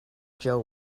joe